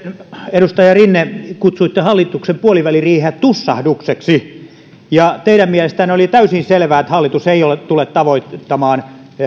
edustaja rinne kutsuitte hallituksen puoliväliriiheä tussahdukseksi teidän mielestänne oli täysin selvää että hallitus ei tule tavoittamaan